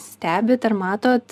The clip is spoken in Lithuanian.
stebit ar matot